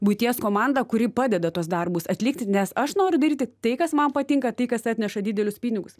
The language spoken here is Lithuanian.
buities komanda kuri padeda tuos darbus atlikti nes aš noriu daryti tai kas man patinka tai kas atneša didelius pinigus